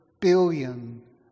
billion